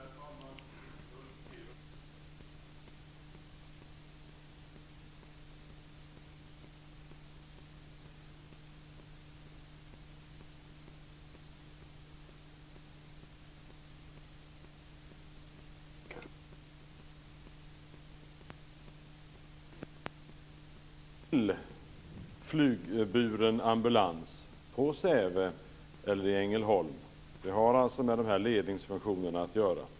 Herr talman! Ulf Kero nämnde ambulanshelikoptrar. Försvarsmakten har fem sådana. De är mycket värdefulla resurser. Förslaget som nu ligger innebär att det inte kommer att finnas flygburen ambulans vid Säve eller i Ängelholm. Det har alltså med ledningsfunktionerna att göra.